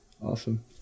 Awesome